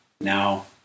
Now